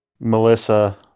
Melissa